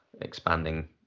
expanding